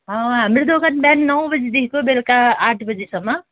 हाम्रो दोकान बिहान नौब जीदेखिको बेलुका आठ बजीसम्म